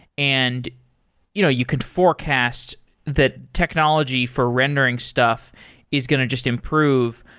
and you know you can forecast that technology for rendering stuff is going to just improve.